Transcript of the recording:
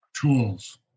tools